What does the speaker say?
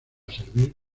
servir